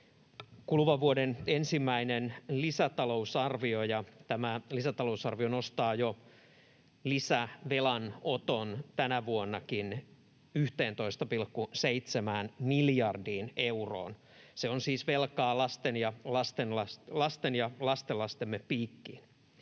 ja tämä lisätalousarvio nostaa lisävelan oton jo tänä vuonnakin 11,7 miljardiin euroon. Se on siis velkaa lastemme ja lastenlastemme piikkiin.